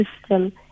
system